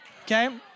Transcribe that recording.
Okay